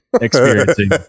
experiencing